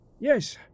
Yes